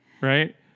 right